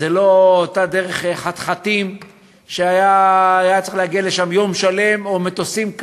זו לא אותה דרך חתחתים שהייתה לוקחת יום שלם,